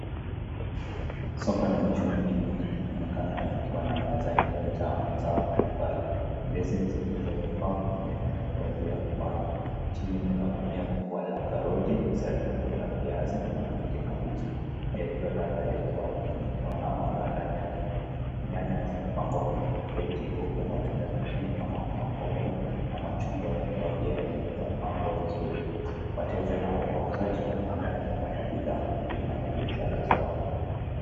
Soko lenye shughuli nyingi linaonekana likiwa na meza iliyojaa mazao mbalimbali. Ndizi zilizoiva zimetandikwa juu ya bandaa. Chini kuna gunia kubwa la karoti, sanduku la viazi na mahindi mabichi yaliyo lala yakiwa yamefunikwa na maganda yake. Nyanya zimepangwa kwenye crate huku matunda mengine kama mapayu na machungwa yakiwa pia yamepangwa vizuri. Wateja na wauzaji wanaonekana nyuma ya bidhaa wakifanya biashara zao.